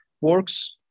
works